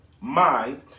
mind